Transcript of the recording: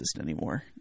anymore